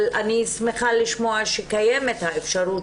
אבל אני שמחה לשמוע שקיימת האפשרות